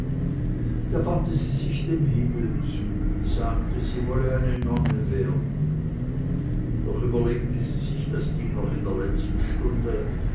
da wandte sie sich dem himmel zu und sagte sie wolle eine nonne werden doch überlegte sie sich das ding noch in der letzten stunde